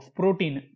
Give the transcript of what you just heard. protein